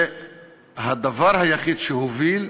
והדבר היחיד שהוא הוביל,